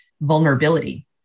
vulnerability